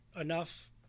enough